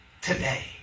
today